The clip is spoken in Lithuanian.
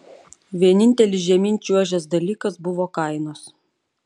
vienintelis žemyn čiuožęs dalykas buvo kainos